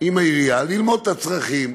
עם העירייה, ללמוד את הצרכים,